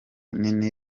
nini